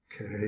Okay